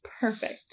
Perfect